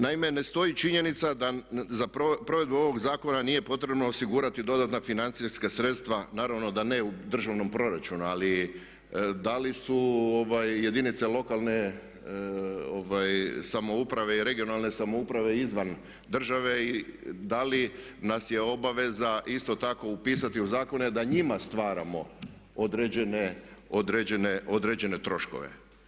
Naime, ne stoji činjenica da za provedbu ovog zakona nije potrebno osigurati dodatna financijska sredstva, naravno da ne u državnom proračunu ali da li su jedinice lokalne samouprave i regionalne samouprave izvan države i da li nas je obaveza isto tako upisati u zakone da njima stvaramo određene troškove?